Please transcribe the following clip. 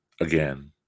again